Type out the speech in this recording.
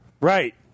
right